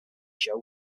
show